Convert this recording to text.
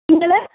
നിങ്ങൾ